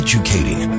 Educating